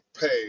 pay